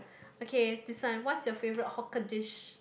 okay this one what's your favourite hawker dish